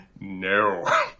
no